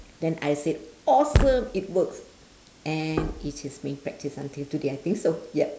then I said awesome it works and it is being practised until today I think so yup